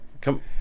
Come